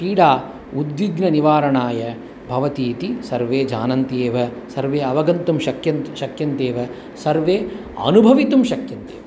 क्रीडा उद्विग्नतनिवारणाय भवति इति सर्वे जानन्ति एव सर्वे अवगन्तुं शक्यन्त् शक्यन्तेव सर्वे अनुभवितुं शक्यन्ते